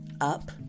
up